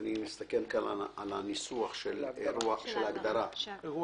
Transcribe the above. ואני מסתכל על ההגדרה של אירוע גז.